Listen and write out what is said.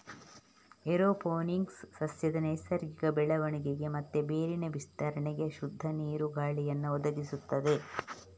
aeroponics ಸಸ್ಯದ ನೈಸರ್ಗಿಕ ಬೆಳವಣಿಗೆ ಮತ್ತೆ ಬೇರಿನ ವಿಸ್ತರಣೆಗೆ ಶುದ್ಧ ನೀರು, ಗಾಳಿಯನ್ನ ಒದಗಿಸ್ತದೆ